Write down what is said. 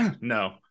No